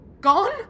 Gone